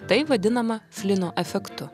tai vadinama flino efektu